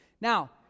Now